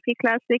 Classic